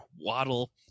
Waddle